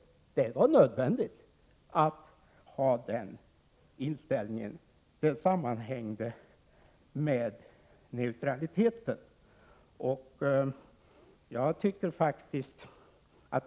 Det var nödvändigt att ha den inställningen, det sammanhängde med neutraliteten.